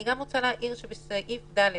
אני גם רוצה להעיר על סעיף (ד)